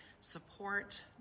support